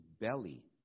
belly